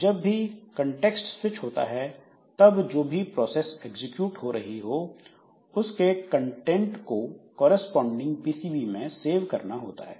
जब भी context switch होता है तब जो भी प्रोसेस एग्जीक्यूट हो रही हो उसके कंटेंट को करेस्पॉन्डिन्ग पीसीबी में सेव करना होता है